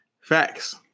Facts